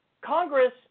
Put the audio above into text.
Congress